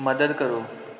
ਮਦਦ ਕਰੋ